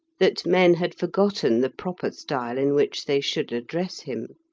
that men had forgotten the proper style in which they should address him.